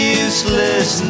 useless